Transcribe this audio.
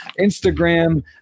instagram